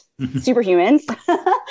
Superhumans